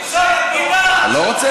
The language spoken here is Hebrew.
זו בגידה.